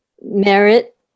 merit